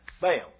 Bam